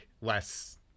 less